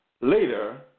Later